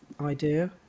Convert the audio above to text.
idea